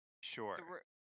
Sure